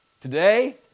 Today